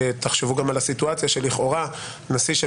ותחשבו גם על הסיטואציה שלכאורה נשיא של